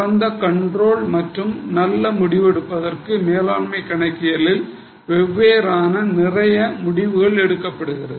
சிறந்த கண்ட்ரோல் மற்றும் நல்ல முடிவெடுப்பதற்கும் மேலாண்மை கணக்கியலில் வெவ்வேறான நிறைய முடிவுகள் எடுக்கப்படுகிறது